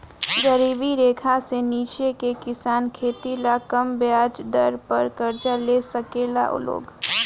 गरीबी रेखा से नीचे के किसान खेती ला कम ब्याज दर पर कर्जा ले साकेला लोग